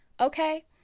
okay